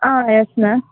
yes ma'am